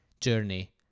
journey